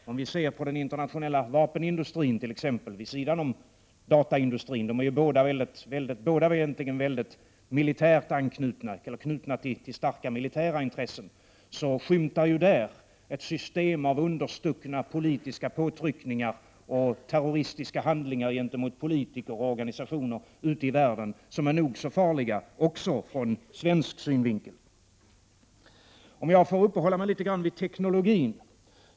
Vi kan t.ex. se på den internationella vapenindustrin, vid sidan om dataindustrin. Dessa båda industrier är knutna tillstarka militära intressen, och man skymtar där ett system av understuckna politiska påtryckningar och terroristiska handlingar gentemot politiker och organisationer ute i världen som är nog så farliga från svensk synvinkel. Jag vill sedan uppehålla mig litet vid teknologin.